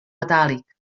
metàl·lic